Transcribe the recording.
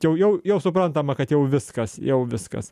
jau jau suprantama kad jau viskas jau viskas